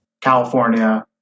California